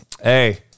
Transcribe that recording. hey